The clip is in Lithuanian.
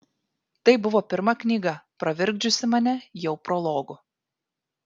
tai buvo pirma knyga pravirkdžiusi mane jau prologu